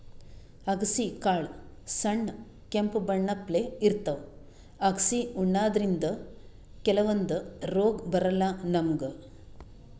ಅಗಸಿ ಕಾಳ್ ಸಣ್ಣ್ ಕೆಂಪ್ ಬಣ್ಣಪ್ಲೆ ಇರ್ತವ್ ಅಗಸಿ ಉಣಾದ್ರಿನ್ದ ಕೆಲವಂದ್ ರೋಗ್ ಬರಲ್ಲಾ ನಮ್ಗ್